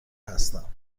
هستم